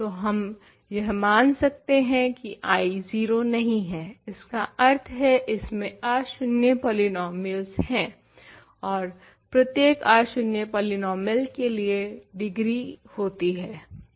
तो हम यह मान सकते हैं की I 0 नहीं है इसका अर्थ है इसमें अशून्य पोलीनोमियल्स हैं ओर प्रत्येक अशून्य पॉलीनोमियल के लिए डिग्री होती है